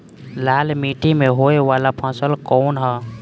लाल मीट्टी में होए वाला फसल कउन ह?